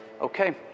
Okay